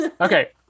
Okay